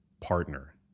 partner